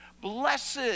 Blessed